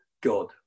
God